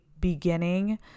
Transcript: beginning